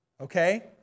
Okay